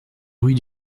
rue